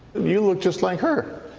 you look just like her.